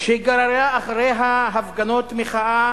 שגררה אחריה הפגנות מחאה